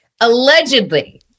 Allegedly